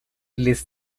les